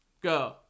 Go